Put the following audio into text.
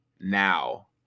now